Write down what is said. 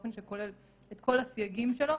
באופן שכולל את כל הסייגים שלו,